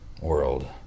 world